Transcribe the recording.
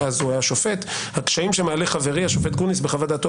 אז הוא היה שופט: הקשיים שמעלה חברי השופט גרוניס בחוות דעתו,